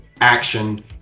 action